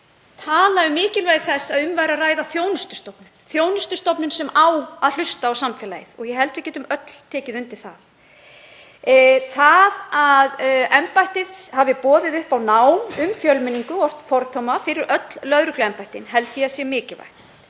tala um mikilvægi þess að um væri að ræða þjónustustofnun sem ætti að hlusta á samfélagið. Ég held að við getum öll tekið undir það. Það að embættið hafi boðið upp á nám um fjölmenningu og oft fordóma fyrir öll lögregluembættin held ég að sé mikilvægt